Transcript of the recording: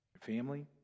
Family